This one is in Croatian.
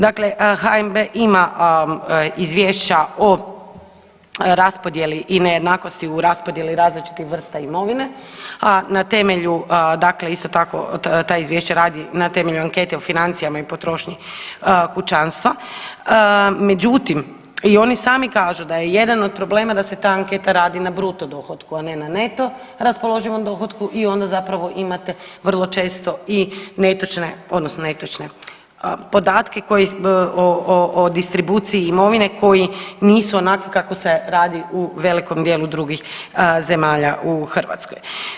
Dakle, HNB ima izvješća o raspodjeli i nejednakosti u raspodjeli različitih vrsta imovine, a na temelju dakle isto tako ta izvješća radi na temelju ankete o financijama i potrošnji kućanstva, međutim i oni sami kažu da je jedan od problema da se ta anketa radi na bruto dohotku, a ne na neto raspoloživom dohotku i onda zapravo imate vrlo često i netočne odnosno netočne podatke koji, o distribuciji imovine koji nisu onakvi kako se radi u velikom dijelu drugih zemalja u Hrvatskoj.